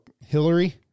Hillary